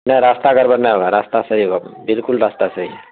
نہ راستہ گڑبڑ نہ ہوگا راستہ صحیح ہوگا بالکل راستہ صحیح ہے